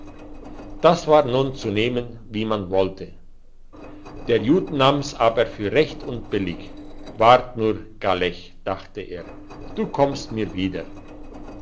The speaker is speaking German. das war nun zu nehmen wie man wollte der jud nahm's aber für recht und billig wart nur gallech dachte er du kommst mir wieder